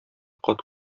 кат